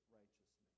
righteousness